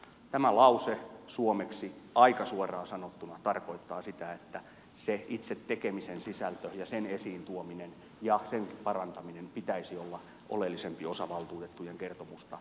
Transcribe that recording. tämä lause suomeksi aika suoraan sanottuna tarkoittaa sitä että sen itse tekemisen sisällön ja sen esiin tuomisen ja sen parantamisen pitäisi olla oleellisempi osa valtuutettujen kertomusta jatkossa